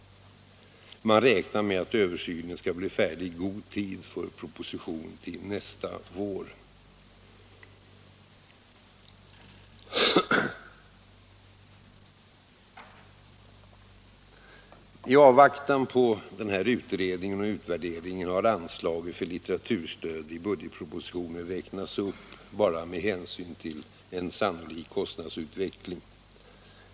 Man räknar med att denna översyn skall bli färdig i god tid för en proposition nästa vår. I avvaktan på denna utredning har anslaget för litteraturstöd i budgetpropositionen räknats upp endast med hänsyn till den sannolika kostnadsutvecklingen.